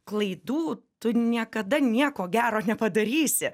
klaidų tu niekada nieko gero nepadarysi